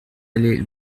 allée